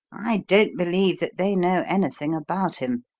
i don't believe that they know anything about him.